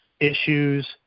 issues